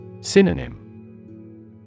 Synonym